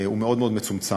מאוד מאוד מצומצם.